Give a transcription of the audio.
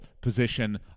position